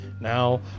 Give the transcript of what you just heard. Now